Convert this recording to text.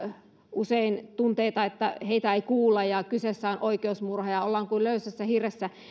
usein tunteita että heitä ei kuulla ja kyseessä on oikeusmurha ja ollaan kuin löysässä hirressä